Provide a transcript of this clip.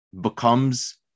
becomes